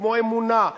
כמו "אמונה",